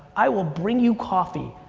i will bring you coffee,